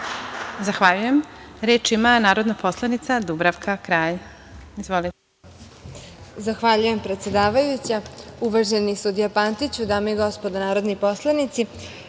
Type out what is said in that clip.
Zahvaljujem. Reč ima narodna poslanica Dubravka Kralj. Izvolite. **Dubravka Kralj** Zahvaljujem, predsedavajuća. Uvaženi sudija Pantiću, dame i gospodo narodni poslanici,